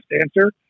answer